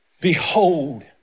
behold